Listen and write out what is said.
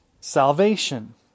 salvation